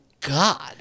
god